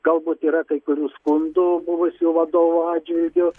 galbūt yra kai kurių skundų buvusių vadovo atžvilgiu